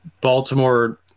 Baltimore